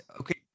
okay